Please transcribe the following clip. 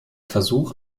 versuch